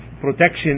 protection